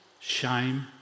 shame